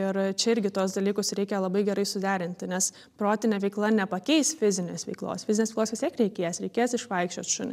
ir čia irgi tuos dalykus reikia labai gerai suderinti nes protinė veikla nepakeis fizinės veiklos fizinės veiklos vis tiek reikės reikės išvaikščiot šunį